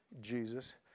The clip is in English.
Jesus